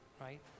right